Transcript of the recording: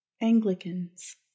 Anglicans